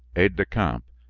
aide-de-camp,